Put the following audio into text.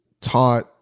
taught